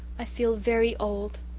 i feel very old.